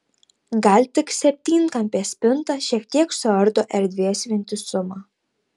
gal tik septynkampė spinta šiek tiek suardo erdvės vientisumą